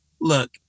look